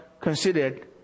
considered